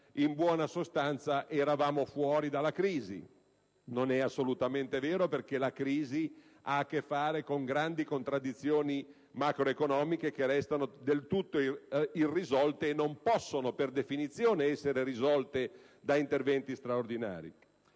di garanzia eravamo fuori dalla crisi. Non è assolutamente vero, perché la crisi ha a che fare con grandi contraddizioni macroeconomiche che restano del tutto irrisolte e non possono, per definizione, essere risolte da interventi straordinari.